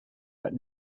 but